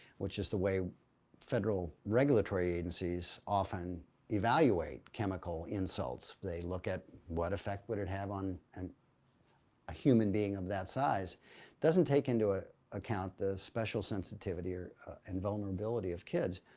which is the way federal regulatory agencies often evaluate chemical insults. they look at what effect would it have on and a human being of that size. it doesn't take into ah account the special sensitivity or invulnerability of kids.